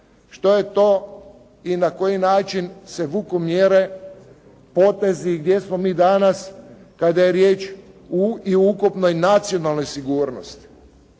Što je to i na koji način se vuku mjere, potezi i gdje smo mi danas kada je riječ u i u ukupnoj nacionalnoj sigurnosti?